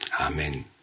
Amen